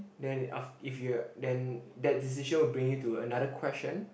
then af~ if you're then that decision will bring you to another question